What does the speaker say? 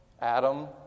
Adam